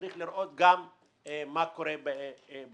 צריך לראות גם מה קורה בנגב.